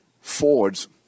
Ford's